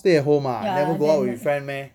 stay at home ah never go out with friend meh